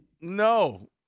No